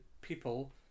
people